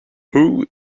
who